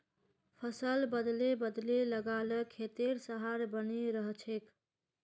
फसल बदले बदले लगा ल खेतेर सहार बने रहछेक